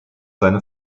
seine